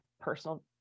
personal